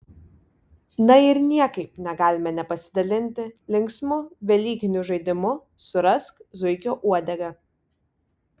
na ir niekaip negalime nepasidalinti linksmu velykiniu žaidimu surask zuikio uodegą